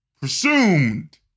presumed